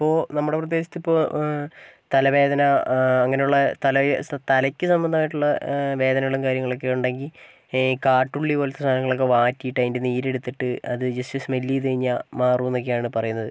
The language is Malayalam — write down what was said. ഇപ്പോൾ നമ്മുടെ പ്രദേശത്ത് ഇപ്പോൾ തലവേദന അങ്ങനെയുള്ള തലയ് തലക്ക് സംബന്ധമായിട്ടുള്ള വേദനകളും കാര്യങ്ങളൊക്കെ ഉണ്ടെങ്കിൽ ഈ കാട്ടുള്ളി പോലെത്തെ സാനങ്ങളൊക്കെ വാറ്റിട്ട് അതിൻ്റെ നീരെടുത്തിട്ട് അത് ജസ്റ്റ് സ്മെൽ ചെയ്തു കഴിഞ്ഞാൽ മാറുന്നൊക്കെയാണ് പറയുന്നത്